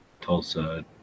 Tulsa